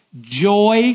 joy